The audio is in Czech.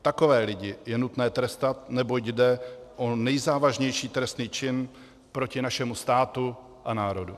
Takové lidi je nutné trestat, neboť jde o nejzávažnější trestný čin proti našemu státu a národu.